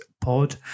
pod